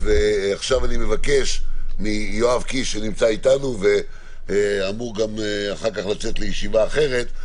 עכשיו אני מבקש מיואב קיש שנמצא איתנו ואמור אחר כך לצאת לישיבה אחרת.